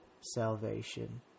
salvation